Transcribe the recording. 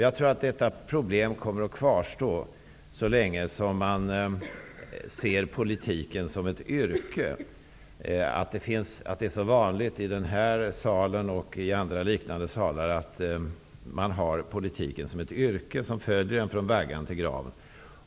Jag tror att detta problem kommer att kvarstå så länge politiken betraktas som ett yrke. Det är vanligt i denna sal, och i andra liknande salar, att politiken ses som ett yrke som innehas från vaggan till graven.